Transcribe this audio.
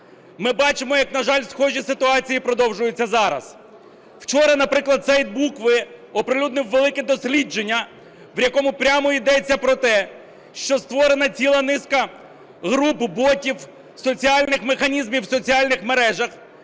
Ми бачимо, як, на жаль, схожі ситуації продовжуються зараз. Вчора, наприклад, сайт "Букви" оприлюднив велике дослідження, в якому прямо йдеться про те, що створена ціла низка груп ботів, соціальних механізмів в соціальних мережах,